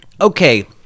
okay